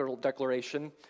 Declaration